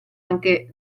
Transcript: anche